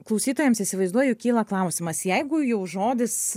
klausytojams įsivaizduoju kyla klausimas jeigu jau žodis